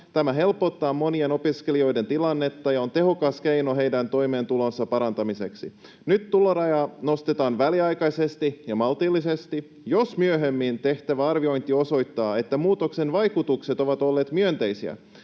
Tämä helpottaa monien opiskelijoiden tilannetta ja on tehokas keino heidän toimeentulonsa parantamiseksi. Nyt tulorajaa nostetaan väliaikaisesti ja maltillisesti. Jos myöhemmin tehtävä arviointi osoittaa, että muutoksen vaikutukset ovat olleet myönteisiä,